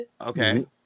Okay